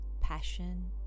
passion